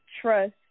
trust